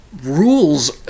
rules